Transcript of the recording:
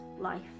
life